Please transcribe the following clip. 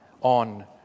on